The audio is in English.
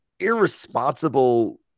irresponsible